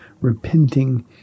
repenting